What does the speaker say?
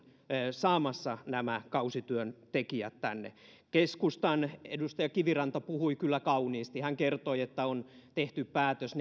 saamassa nämä kausityöntekijät tänne keskustan edustaja kiviranta puhui kyllä kauniisti hän kertoi että on tehty päätös